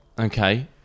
Okay